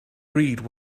read